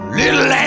little